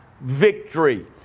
victory